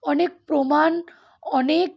অনেক প্রমাণ অনেক